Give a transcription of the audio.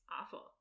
awful